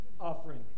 offering